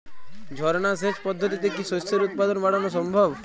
ঝর্না সেচ পদ্ধতিতে কি শস্যের উৎপাদন বাড়ানো সম্ভব?